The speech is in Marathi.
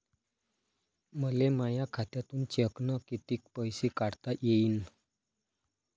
मले माया खात्यातून चेकनं कितीक पैसे काढता येईन?